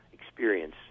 experience